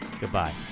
Goodbye